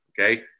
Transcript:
Okay